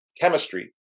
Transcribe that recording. chemistry